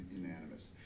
unanimous